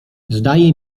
zdaje